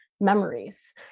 memories